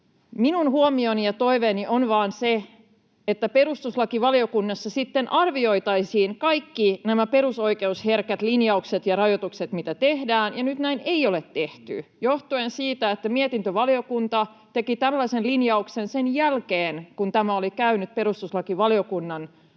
Minun huomioni ja toiveeni on vain se, että perustuslakivaliokunnassa sitten arvioitaisiin kaikki nämä perusoikeusherkät linjaukset ja rajoitukset, mitä tehdään, ja nyt näin ei ole tehty johtuen siitä, että mietintövaliokunta teki tällaisen linjauksen sen jälkeen, kun tämä oli käynyt perustuslakivaliokunnan arvioinnissa.